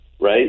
right